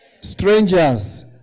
Strangers